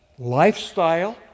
lifestyle